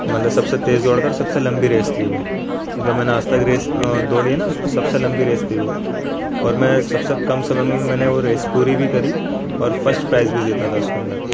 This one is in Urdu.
مطلب سب سے تیز دوڑ کر سب سے لمبی ریس تھی وہ جو میں نے آج تک ریس دوڑی ہے نا اس میں سب سے لمبی ریس تھی وہ اور میں سب سے کم سمے میں میں نے وہ ریس پوری بھی کری اور فشٹ پرائز بھی جیتا تھا اس کے اندر